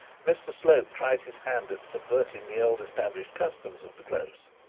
mr slope tried his hand at subverting the old-established customs of the close,